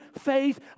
faith